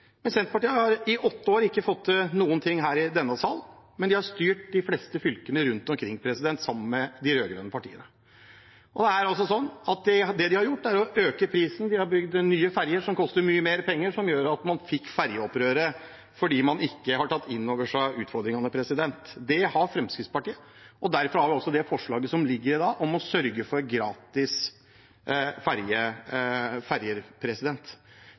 Senterpartiet har i åtte år ikke fått til noen ting her i denne sal, men de har styrt de fleste fylkene rundt omkring, sammen med de rød-grønne partiene. Det de har gjort, er å øke prisen. De har bygd nye ferger som koster mye mer penger, og som gjør at man fikk fergeopprøret fordi man ikke hadde tatt utfordringene inn over seg, men det har Fremskrittspartiet gjort. Derfor har vi det forslaget som foreligger i dag, om å sørge for gratis